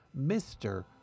Mr